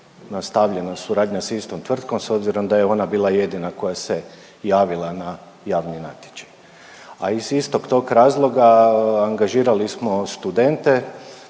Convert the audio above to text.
nastavljana suradnja s istom tvrtkom s obzirom da je ona bila jedina koja se javila na javni natječaj. A iz istog tog razloga angažirali smo studente,